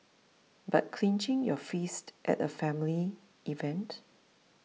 but clenching your fists at a family event